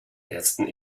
ersten